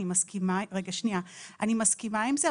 אני מסכימה עם זה,